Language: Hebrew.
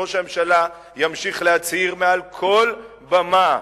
וראש הממשלה ימשיך להצהיר מעל כל במה,